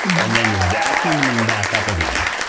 and then vacuum them back up again,